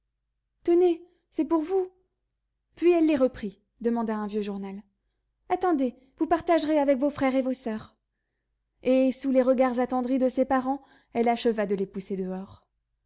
tenez c'est pour vous puis elle les reprit demanda un vieux journal attendez vous partagerez avec vos frères et vos soeurs et sous les regards attendris de ses parents elle acheva de les pousser dehors